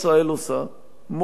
מוחה בפני הרשות הפלסטינית.